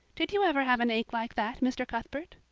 did you ever have an ache like that, mr. cuthbert?